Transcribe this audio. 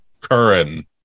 Curran